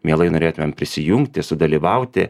mielai norėtumėm prisijungti sudalyvauti